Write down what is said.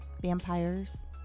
vampires